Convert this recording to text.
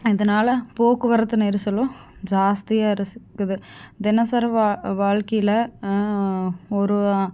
இதனால போக்குவரத்து நெரிசலும் ஜாஸ்தியாக இருக்குது தினசரி வா வாழ்க்கையில் ஒரு